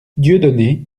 dieudonné